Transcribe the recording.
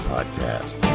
Podcast